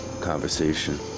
conversation